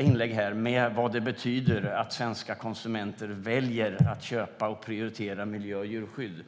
inlägg om vad det betyder att svenska konsumenter väljer att köpa och prioritera miljö och djurskydd.